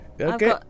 Okay